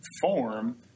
form